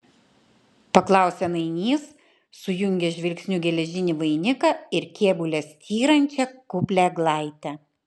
paklausė nainys sujungęs žvilgsniu geležinį vainiką ir kėbule styrančią kuplią eglaitę